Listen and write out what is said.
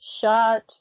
shot